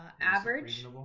average